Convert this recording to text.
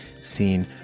Scene